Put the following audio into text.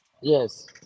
Yes